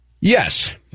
Yes